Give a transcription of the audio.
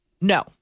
No